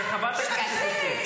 שקרנית.